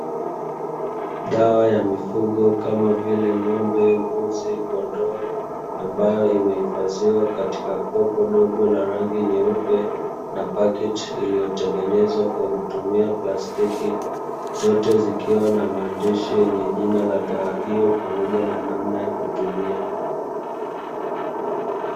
Dawa ya mifugo kama vile; ng'ombe, mbuzi, kondoo, ambayo imehifadhiwa katika kopo dogo la rangi nyeupe, na pakiti iliyotengenezwa kwa kutumia plastiki, zote zikiwa na maandishi yenye jina la dawa hiyo pamoja na namna ya kutumia.